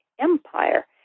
empire